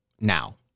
now